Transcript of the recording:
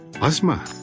Asma